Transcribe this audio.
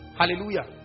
Hallelujah